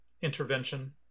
intervention